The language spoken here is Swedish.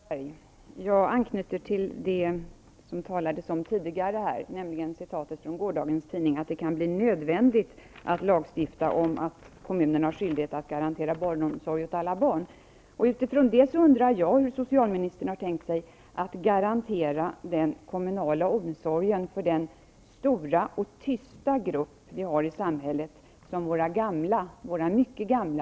Herr talman! Jag vill anknyta till det som det talades om tidigare, nämligen citatet från gårdagens tidning om att det kan bli nödvändigt att lagstifta om kommunernas skyldighet att garantera barnomsorg åt alla barn. Utifrån detta undrar jag hur socialministern har tänkt sig att garantera den kommunala omsorgen om den stora tysta grupp i samhället som utgörs av våra mycket gamla.